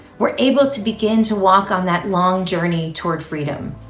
were able to begin to walk on that long journey toward freedom.